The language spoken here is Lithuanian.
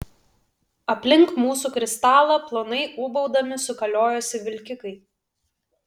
aplink mūsų kristalą plonai ūbaudami sukaliojosi vilkikai